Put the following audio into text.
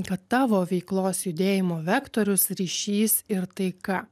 kad tavo veiklos judėjimo vektorius ryšys ir taika